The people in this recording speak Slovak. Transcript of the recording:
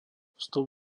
vstup